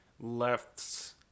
Lefts